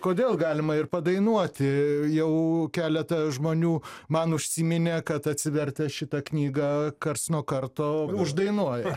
kodėl galima ir padainuoti jau keletą žmonių man užsiminė kad atsivertę šitą knygą karts nuo karto uždainuoja